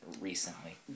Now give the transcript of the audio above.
recently